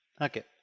Okay